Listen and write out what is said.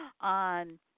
on